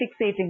fixating